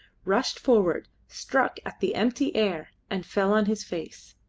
rushed forward, struck at the empty air, and fell on his face.